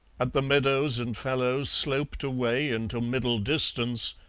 and the meadows and fallows sloped away into middle distance,